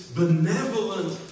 benevolent